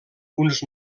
uns